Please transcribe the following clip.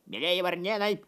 mielieji varnėnai